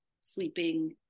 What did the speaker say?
sleeping